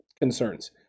concerns